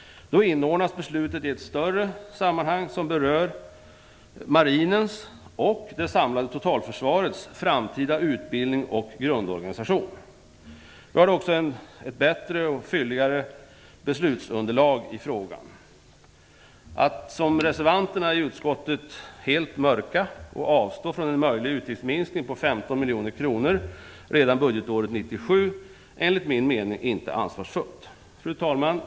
Då inordnas beslutet i ett större sammanhang som berör marinens och det samlade totalförsvarets framtida utbildning och grundorganisation. Vi har då också ett bättre och fylligare beslutsunderlag i frågan. Att som reservanterna i utskottet helt mörklägga frågan och avstå från en möjlig utgiftsminskning på 15 miljoner kronor redan budgetåret 1997 är enligt min mening inte ansvarsfullt. Fru talman!